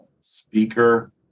speaker